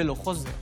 אני חושב